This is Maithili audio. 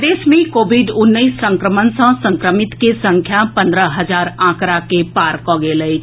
प्रदेश मे कोविड उन्नैस संक्रमण सँ संक्रमित के संख्या पन्द्रह हजारक आंकड़ा के पार कऽ गेल अछि